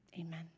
Amen